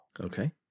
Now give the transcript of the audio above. Okay